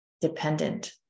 dependent